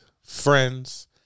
Friends